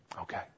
Okay